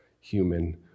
human